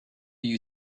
you